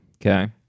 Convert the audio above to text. Okay